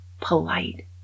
polite